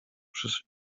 przy